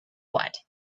what